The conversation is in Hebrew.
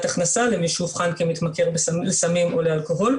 הכנסה למי שאובחן כמתמכר לסמים או לאלכוהול,